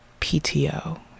pto